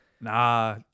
Nah